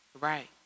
Right